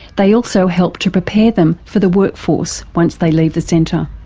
they also help to prepare them for the workforce once they leave the centre.